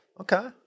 Okay